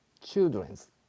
children's